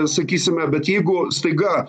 sakysime bet jeigu staiga